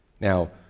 Now